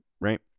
right